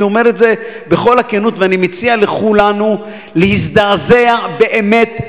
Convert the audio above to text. אני אומר את זה בכל הכנות ואני מציע לכולנו להזדעזע באמת,